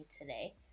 today